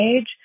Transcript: age